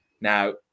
Now